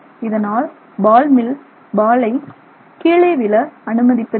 இதனால் பால் மில் பாலை கீழே விழ அனுமதிப்பதில்லை